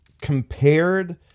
compared